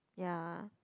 ya